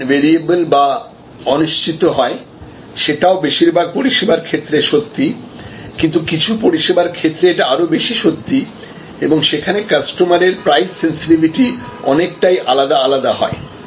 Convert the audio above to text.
demand variable বা অনিশ্চিত হয় সেটাও বেশিরভাগ পরিষেবার ক্ষেত্রে সত্যি কিন্তু কিছু পরিসেবার ক্ষেত্রে এটা আরও বেশি সত্যি এবং সেখানে কাস্টমারের প্রাইস সেনসিটিভিটি অনেকটাই আলাদা আলাদা হয়